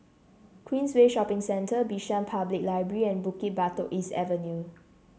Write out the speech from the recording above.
Queensway Shopping Centre Bishan Public Library and Bukit Batok East Avenue